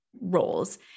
roles